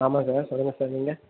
ஆமாம் சார் சொல்லுங்கள் சார் நீங்கள்